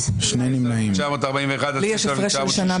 זה אומר שזה רוויזיה על ההסתייגויות האלה שנדחו.